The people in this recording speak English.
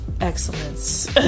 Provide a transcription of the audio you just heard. excellence